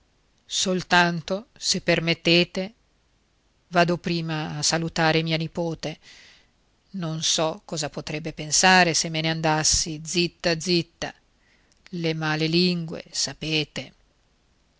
soltanto se permettete vado prima a salutare mia nipote non so cosa potrebbero pensare se me ne andassi zitta zitta le male lingue sapete